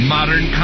Modern